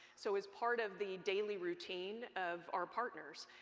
so as part of the daily routine of our partners,